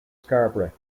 scarborough